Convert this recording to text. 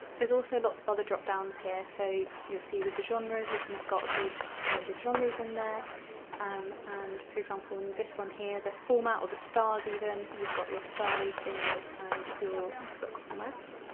there's also lots of other drop-downs here, so you'll see with the genres you've kind of got a good range of genres in there and and for example in this one here the format or the stars you've got your star ratings and your book formats.